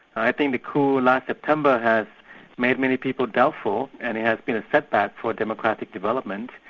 i think the coup last september made many people doubtful, and it has been a setback for democratic development,